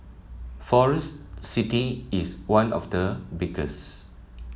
Forest City is one of the biggest